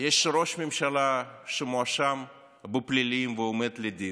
יש ראש ממשלה שמואשם בפלילים ועומד לדין,